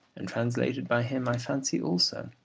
and translated by him, i fancy, also